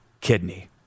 kidney